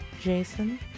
Jason